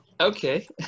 okay